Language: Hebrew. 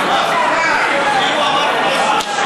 אתה עובר על התקנון.